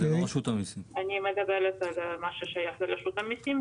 אני מדברת על מה ששייך לרשות המיסים,